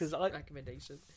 recommendation